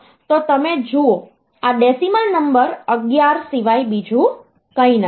તો તમે જુઓ આ ડેસિમલ નંબર 11 સિવાય બીજું કંઈ નથી